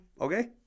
Okay